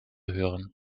hören